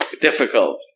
Difficult